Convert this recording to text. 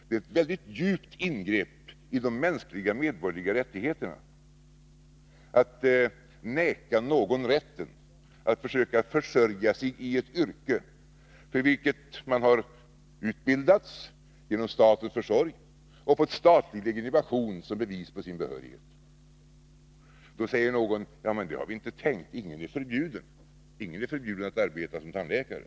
Det är ett mycket kännbart ingrepp i de mänskliga medborgerliga rättigheterna att neka någon rätten att försöka försörja sig i ett yrke, för vilket man har utbildats genom statens försorg och fått statlig legitimation som bevis på sin behörighet. Då säger någon: Så har vi inte tänkt det — ingen är förbjuden att arbeta såsom tandläkare.